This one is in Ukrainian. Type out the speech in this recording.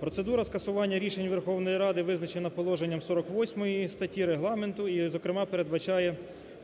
Процедура скасування рішень Верховної Ради визначено положенням 48 статті Регламенту і, зокрема, передбачає